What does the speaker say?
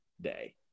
day